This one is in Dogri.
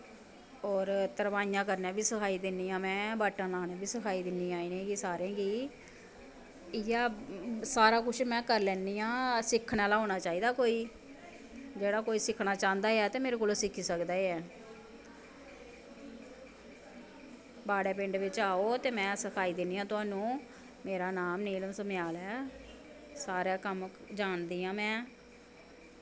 होर तरपाइयां करना बी सखाई दि'न्नी आं में बटन लाना बी सखाई दि'न्नी आं इ'नें सारें गी इ'यै सारा कुछ में करी लैन्नी आं सिक्खन आह्ला होना चाहिदा कोई जेह्ड़ा अगर कोई सिक्खना चाहंदा ऐ ते मेरे कोला सिक्खी सकदा ऐ बाड़ै पिंड बिच आओ ते में सखाई दि'न्नी आं थाह्नूं मेरा नांऽ नीलम सम्याल ऐ सारा कम्म जानदी आं में